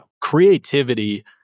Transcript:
Creativity